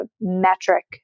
metric